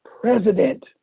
president